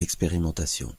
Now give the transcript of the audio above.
l’expérimentation